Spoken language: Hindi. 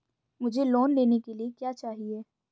मुझे लोन लेने के लिए क्या चाहिए?